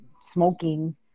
smoking